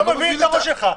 אני לא מבין את הראש שלך.